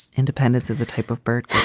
independence is a type of bird.